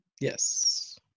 Yes